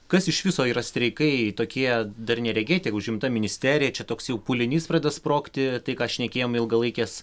kas iš viso yra streikai tokie dar neregėti ar užimta ministerija čia toks jau pūlinys pradeda sprogti tai ką šnekėjom ilgalaikės